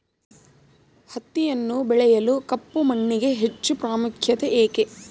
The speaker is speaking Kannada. ಹತ್ತಿಯನ್ನು ಬೆಳೆಯಲು ಕಪ್ಪು ಮಣ್ಣಿಗೆ ಹೆಚ್ಚು ಪ್ರಾಮುಖ್ಯತೆ ಏಕೆ?